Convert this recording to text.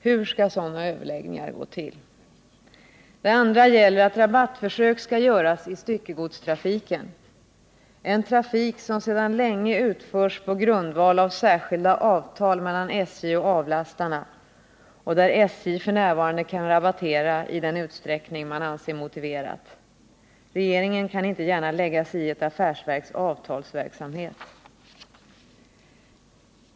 Hur skall sådana överläggningar gå till? Det andra gäller att rabattförsök skall göras i styckegodstrafiken, en trafik som sedan länge utförs på grundval av särskilda avtal mellan SJ och avlastarna, varvid SJ f.n. kan rabattera i den utsträckning man anser motiverad. Regeringen kan inte gärna lägga sig i ett affärsverks avtalsverksamhet.